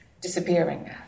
disappearing